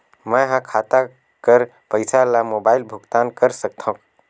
मैं ह खाता कर पईसा ला मोबाइल भुगतान कर सकथव?